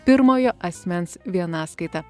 pirmojo asmens vienaskaita